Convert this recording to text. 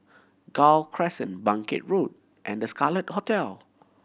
Gul Crescent Bangkit Road and The Scarlet Hotel